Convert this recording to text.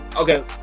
okay